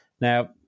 Now